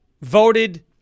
voted